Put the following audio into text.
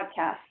podcast